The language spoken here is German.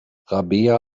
rabea